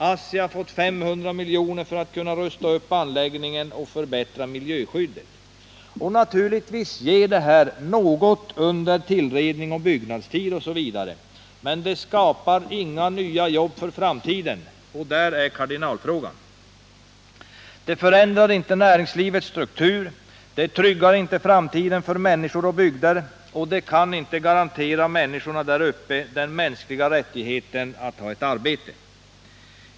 ASSI har fått 500 miljoner för att rusta upp anläggningen och förbättra miljöskyddet. Naturligtvis ger detta något under tillredning och byggnadstid osv., men det skapar inga nya jobb för framtiden. Och det är kardinalfrågan. Det förändrar inte näringslivets struktur, tryggar inte framtiden för människor och bygder, och det kan inte garantera människorna där uppe den mänskliga rättigheten att ha ett arbete.